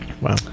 Wow